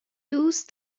دوست